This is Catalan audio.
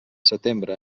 setembre